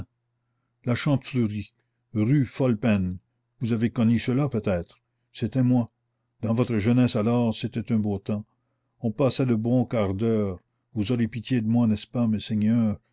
la chantefleurie rue folle peine vous avez connu cela peut-être c'était moi dans votre jeunesse alors c'était un beau temps on passait de bons quarts d'heure vous aurez pitié de moi n'est-ce pas messeigneurs